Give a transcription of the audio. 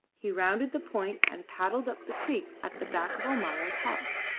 he rounded the point, and paddled up the creek at the back of almayer's house.